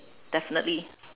definitely